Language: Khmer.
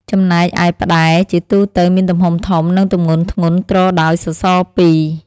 ចំណែកឯផ្តែរ ជាទូទៅមានទំហំធំ និងទម្ងន់ធ្ងន់ ទ្រដោយ សសរ ពីរ។